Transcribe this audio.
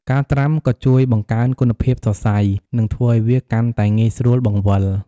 ការត្រាំក៏ជួយបង្កើនគុណភាពសរសៃ និងធ្វើឱ្យវាកាន់តែងាយស្រួលបង្វិល។